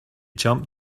jump